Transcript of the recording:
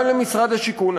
גם למשרד השיכון.